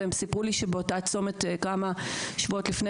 הם סיפרו לי שבאותה צומת כמה שבועות לפני